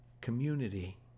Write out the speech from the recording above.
community